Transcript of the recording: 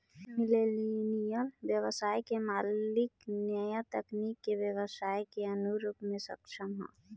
millennial ब्यबसाय के मालिक न्या तकनीक के ब्यबसाई के अनुप्रयोग में सक्षम ह